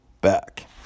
back